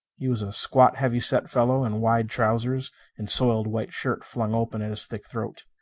he was a squat, heavy-set fellow in wide trousers and soiled white shirt flung open at his thick throat.